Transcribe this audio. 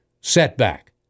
setback